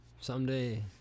Someday